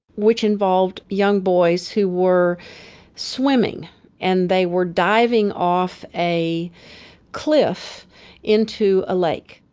which involved young boys who were swimming and they were diving off a cliff into a lake.